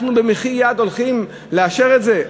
אנחנו במחי יד הולכים לאשר את זה.